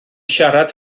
siarad